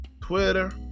Twitter